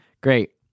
great